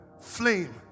flame